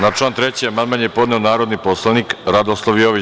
Na član 3. amandman je podneo narodni poslanik Radoslav Jović.